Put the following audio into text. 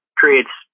creates